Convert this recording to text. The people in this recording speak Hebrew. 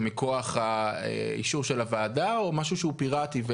הוא מכוח האישור של הוועדה או משהו שהוא פיראטי?